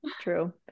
True